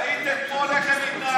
רציתי רק להגיד